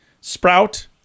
Sprout